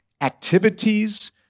activities